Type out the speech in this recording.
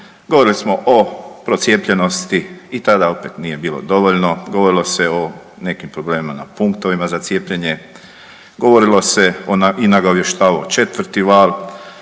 govorili smo o procijepljenosti i tada opet nije bilo dovoljno. Govorilo se o nekim problemima na punktovima za cijepljenje, govorilo se i nagovještavao četvrti val,